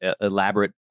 elaborate